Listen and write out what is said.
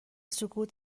سکوت